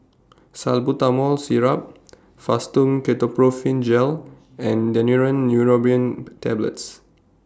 Salbutamol Syrup Fastum Ketoprofen Gel and Daneuron Neurobion Tablets